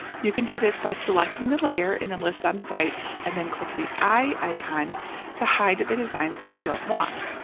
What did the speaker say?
you can do this by selecting the layer in the list on the right, and then click the eye icon to hide the designs that you don't want.